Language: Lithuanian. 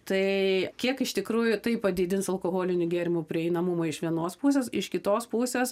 tai kiek iš tikrųjų tai padidins alkoholinių gėrimų prieinamumą iš vienos pusės iš kitos pusės